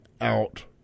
out